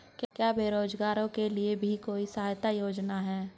क्या बेरोजगारों के लिए भी कोई सहायता योजना है?